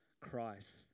Christ